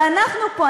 ואנחנו פה,